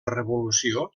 revolució